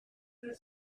für